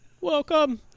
Welcome